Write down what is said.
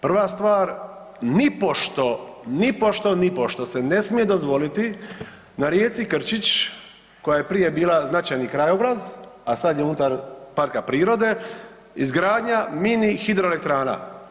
Prva stvar nipošto, nipošto, nipošto se ne smije dozvoliti na rijeci Krčić koja je prije bila značajni krajobraz, a sad je unutar parka prirode izgradnja mini hidroelektrana.